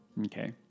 okay